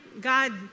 God